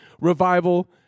revival